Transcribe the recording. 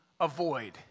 avoid